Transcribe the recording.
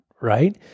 right